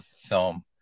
film